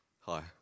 hi